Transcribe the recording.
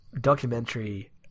documentary